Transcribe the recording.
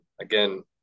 again